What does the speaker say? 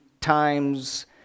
times